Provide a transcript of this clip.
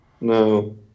No